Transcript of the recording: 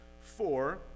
four